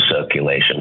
circulation